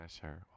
sure